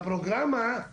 הכביש צריך להיות שמונה או